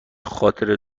خاطره